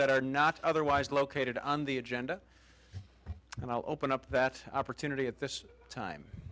that are not otherwise located on the agenda and i'll open up that opportunity at this time